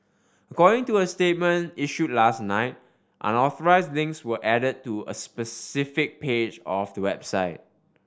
according to a statement issued last night unauthorised links were added to a specific page of the website